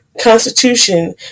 constitution